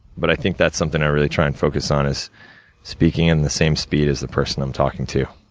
but i think that's something i really try and focus on, is speaking in the same speed as the person i'm talking to.